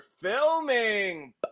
filming